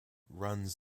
runs